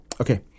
Okay